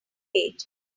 page